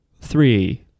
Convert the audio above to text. three